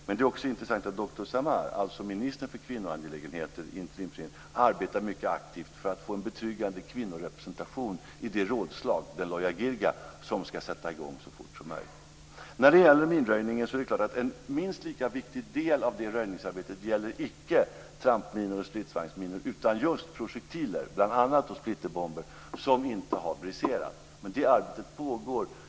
Men det är också intressant att dr Samar, alltså ministern för kvinnoangelägenheter i interimsregeringen, arbetar mycket aktivt för att få en betryggande kvinnorepresentation i det rådslag, det loja jirga, som ska sätta i gång så fort som möjligt. När det gäller minröjningen är det klart att en minst lika viktig del av det röjningsarbetet gäller icke trampminor och stridsvagnsminor utan just projektiler, bl.a. splitterbomber, som inte har briserat. Men det arbetet pågår.